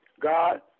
God